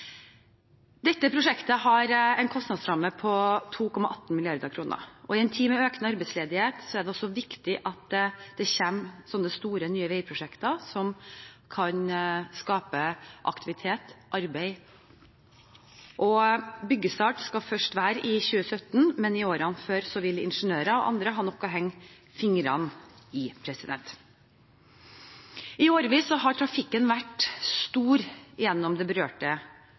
Dette prosjektet har en kostnadsramme på 2,18 mrd. kr. I en tid med økende arbeidsledighet er det viktig at det kommer slike nye, store veiprosjekter som kan skape aktivitet og arbeid. Byggestart skal først være i 2017, men i årene før vil ingeniører og andre ha nok å henge fingrene i. I årevis har trafikken vært stor gjennom de berørte